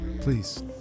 Please